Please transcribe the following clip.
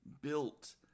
built